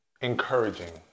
encouraging